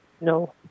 No